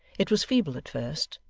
it was feeble at first,